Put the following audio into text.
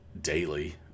daily